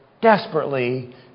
desperately